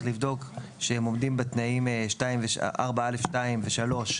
לבדוק שהם עומדים בתנאים של סעיפים 4(א)(2) ו-(3)